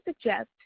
suggest